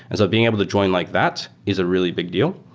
and so being able to join like that is a really big deal,